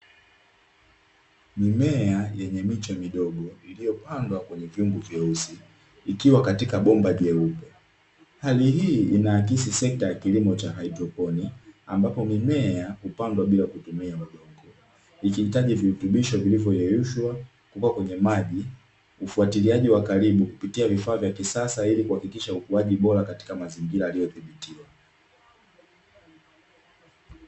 Mimea yenye miche midogo iliyopandwa kwenye vyungu vyeusi ikiwa katika bomba jeupe hali hii inaakisi sekta ya kilimo cha haidroponi ambapo mimea hupandwa bila kutumia udongo ikihitaji virutubisho, vilivyoyeyushwa na kuwekwa kwenye maji ufatiliaji wa karibu kupitia vifaa vya kisasa ili kuhakikisha ukuaji bora katika mazingira yaliyodhibitiwa.